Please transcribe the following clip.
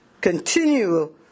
continue